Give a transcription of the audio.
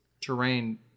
terrain